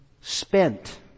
spent